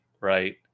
right